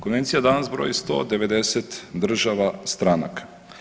Konvencija danas broji 199 država stranaka.